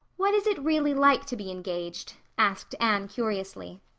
what is it really like to be engaged? asked anne curiously.